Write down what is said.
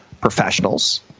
professionals